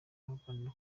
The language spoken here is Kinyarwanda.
baganira